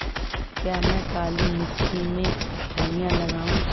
क्या मैं काली मिट्टी में फलियां लगाऊँ?